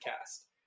cast